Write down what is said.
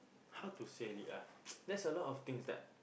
how to say it ah there's a lot of things that